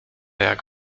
jak